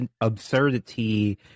absurdity